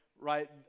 right